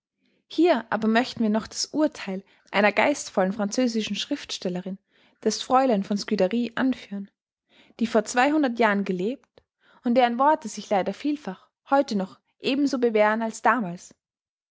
hier aber möchten wir noch das urtheil einer geistvollen französischen schriftstellerin des fräulein von scudry anführen die vor zweihundert jahren gelebt und deren worte sich leider vielfach heute noch eben so bewähren als damals